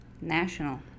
National